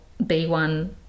B1